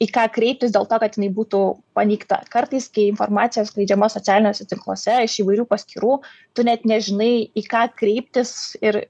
į ką kreiptis dėl to kad jinai būtų paneigta kartais kai informacija skleidžiama socialiniuose tinkluose iš įvairių paskyrų tu net nežinai į ką kreiptis ir